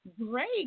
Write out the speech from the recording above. Great